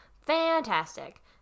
Fantastic